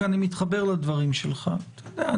כי אני מתחבר לדברים שלך: אתה יודע,